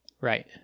Right